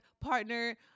partner